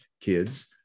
kids